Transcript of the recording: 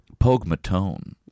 Pogmatone